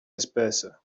espèce